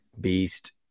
beast